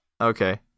Okay